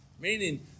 meaning